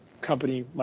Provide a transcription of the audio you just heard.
company